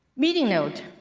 meeting note.